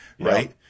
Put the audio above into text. Right